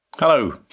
Hello